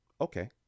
Okay